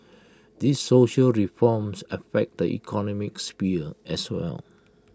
these social reforms affect the economic sphere as well